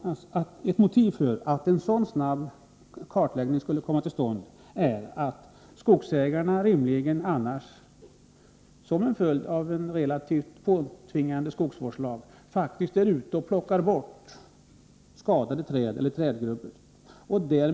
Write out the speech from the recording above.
En snabb kartläggning motiveras bl.a. av att skogsägarna — som en följd av en, i viss utsträckning, tvingade skogsvårdslag — faktiskt måste plocka bort skadade träd eller trädgrupper.